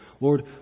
Lord